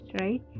right